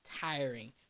tiring